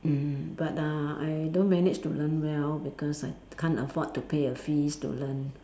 mm but uh I don't managed to learn well because I can't afford to pay the fees to learn